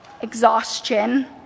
exhaustion